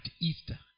Easter